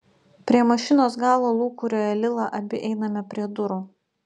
prie mašinos galo lūkuriuoja lila abi einame prie durų